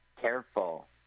Careful